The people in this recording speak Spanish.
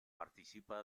participa